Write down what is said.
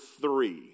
three